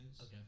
Okay